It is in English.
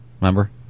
Remember